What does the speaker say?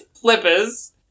flippers